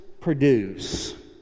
produce